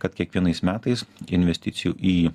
kad kiekvienais metais investicijų į